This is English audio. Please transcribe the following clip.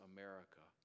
America